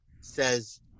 says